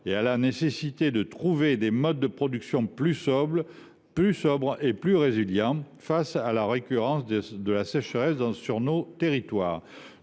et à la nécessité de trouver des modes de production plus sobres et plus résilients face à la récurrence de la sécheresse dans nos territoires.